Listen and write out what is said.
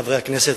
חברי הכנסת,